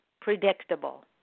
predictable